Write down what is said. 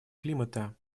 климата